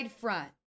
front